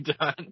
done